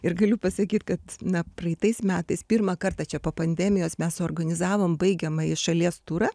ir galiu pasakyt kad na praeitais metais pirmą kartą čia po pandemijos mes suorganizavom baigiamąjį šalies turą